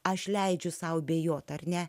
aš leidžiu sau abejoti ar ne